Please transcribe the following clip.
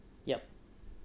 yup